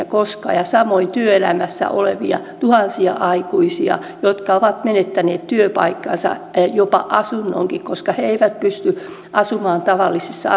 koskaan ja samoin työelämässä olevia tuhansia aikuisia jotka ovat menettäneet työpaikkansa jopa asunnonkin koska he eivät pysty asumaan tavallisissa